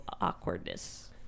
awkwardness